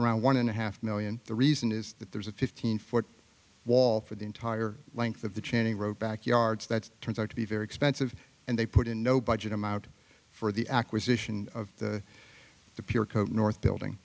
around one and a half million the reason is that there's a fifteen foot wall for the entire length of the channing road backyards that's turns out to be very expensive and they put in no budget amount for the acquisition of the the pure code north building